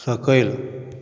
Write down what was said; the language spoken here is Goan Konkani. सकयल